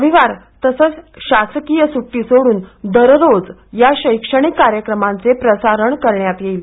रविवार तसंच शासकिय सुटटी सोडून दररोज या शैक्षणिक कार्यक्रमांचे प्रसारण करण्यात येईल